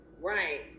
Right